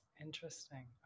interesting